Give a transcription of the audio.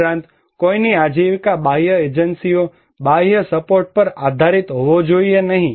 ઉપરાંત કોઈની આજીવિકા બાહ્ય એજન્સીઓ બાહ્ય સપોર્ટ પર આધારીત હોવી જોઈએ નહીં